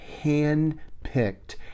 hand-picked